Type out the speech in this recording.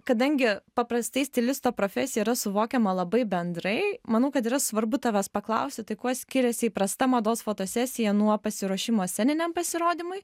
kadangi paprastai stilisto profesija yra suvokiama labai bendrai manau kad yra svarbu tavęs paklausti tai kuo skiriasi įprasta mados fotosesija nuo pasiruošimo sceniniam pasirodymui